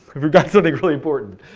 i forgot something really important.